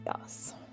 Yes